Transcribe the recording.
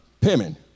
payment